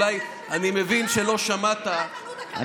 אני מבין שלא שמעת,